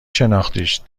شناختیش